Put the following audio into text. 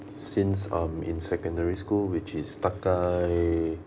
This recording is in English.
since I'm in secondary school which is 大概